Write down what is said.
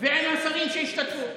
ועם השרים שהשתתפו.